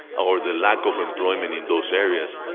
or the lack of employment in those areas,